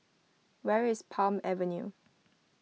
where is Palm Avenue